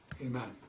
amen